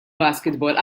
basketball